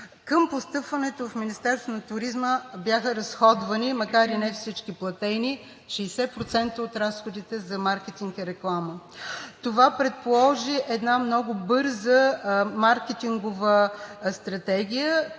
Към постъпването в Министерството на туризма бяха разходвани, макар и не всички платени, 60% от разходите за маркетинг и реклама. Това предположи една много бърза Маркетингова стратегия,